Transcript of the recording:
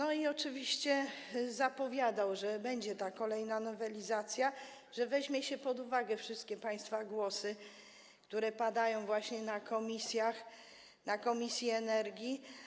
Oczywiście zapowiadał, że będzie ta kolejna nowelizacja, że weźmie się pod uwagę wszystkie państwa głosy, które padają w komisjach, w komisji energii.